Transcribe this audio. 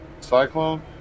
Cyclone